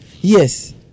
Yes